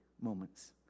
moments